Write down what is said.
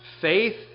Faith